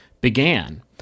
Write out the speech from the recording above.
began